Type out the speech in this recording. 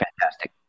fantastic